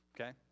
okay